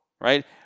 right